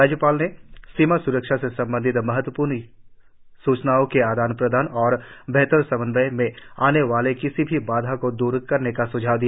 राज्यपाल ने सीमा स्रक्षा से संबंधित महत्वपूर्ण सूचनाओं के आदान प्रदान और बेहतर समन्वय में आने वाली किसी भी बाधा को दूर करने का स्झाव दिया